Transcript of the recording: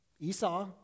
Esau